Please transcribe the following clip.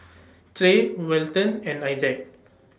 Trey Welton and Isaac